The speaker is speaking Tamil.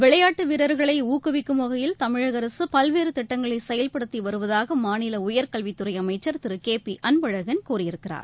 விளையாட்டு வீரர்களை ஊக்குவிக்கும் வகையில் தமிழக அரசு பல்வேறு திட்டங்களை செயல்படுத்தி வருவதாக மாநில உயர்கல்வித்துறை அமைச்சர் திரு கே பி அன்பழகன் கூறியிருக்கிறார்